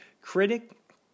Critic